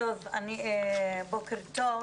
בוקר טוב,